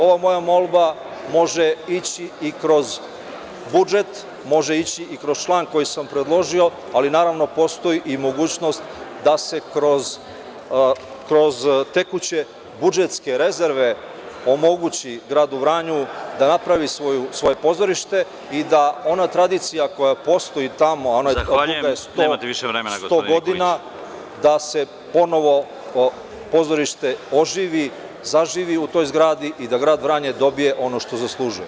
Ova moja molba može ići i kroz budžet, može ići i kroz član koji sam predložio, ali, naravno, postoji i mogućnost da se kroz tekuće budžetske rezerve omogući gradu Vranju da napravi svoje pozorište i da ona tradicija koja postoji tamo oko 100 godina, da se ponovo pozorište oživi, zaživi u toj zgradi i da grad Vranje dobije ono što zaslužuje.